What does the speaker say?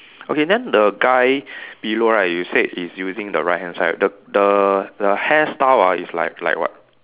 okay then the guy below right you said he's using the right hand side the the the hairstyle ah is like like what